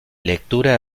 lectura